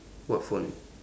what phone